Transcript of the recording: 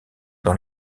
dans